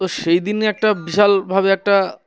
তো সেই দিনই একটা বিশালভাবে একটা